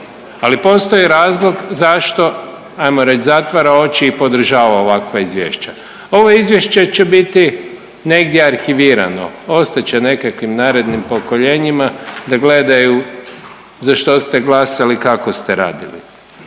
ali postoji razlog zašto ajmo reć zatvara oči i podržava ovakva izvješća. Ovo izvješće će biti negdje arhivirano ostat će nekakvim narednim pokoljenjima da gledaju za što ste glasali i kako ste radili.